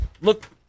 look